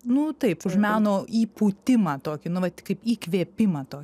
nu taip už meno įpūtimą tokį nu vat kaip įkvėpimą to